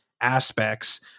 aspects